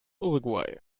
uruguay